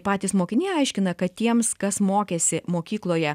patys mokiniai aiškina kad tiems kas mokėsi mokykloje